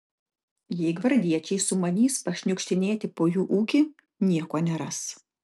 jei gvardiečiai sumanys pašniukštinėti po jų ūkį nieko neras